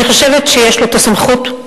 אני חושבת שיש לו הסמכות,